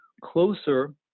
closer